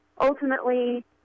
ultimately